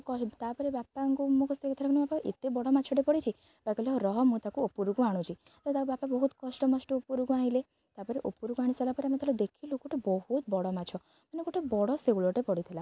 ତା'ପରେ ବାପାଙ୍କୁ ମୁଁ କ ସେଇ କଥା କହିଲି କି ବାପା ଏତେ ବଡ଼ ମାଛଟେ ପଡ଼ିଛି ବାପା କହିଲେ ହଉ ରହ ମୁଁ ତାକୁ ଉପରକୁ ଆଣୁଛି ତ ତାକୁ ବାପା ବହୁତ କଷ୍ଟମଷ୍ଟେ ଉପରକୁ ଆଣିଲେ ତାପରେ ଉପରକୁ ଆଣିସାରିଲା ପରେ ଆମେ ଯେତେବେଳେ ଦେଖିଲୁ ଗୋଟେ ବହୁତ ବଡ଼ ମାଛ ମାନେ ଗୋଟେ ବଡ଼ ସେଉଳଟେ ପଡ଼ିଥିଲା